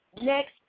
next